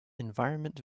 environment